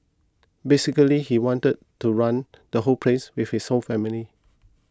basically he wanted to run the whole place with his own family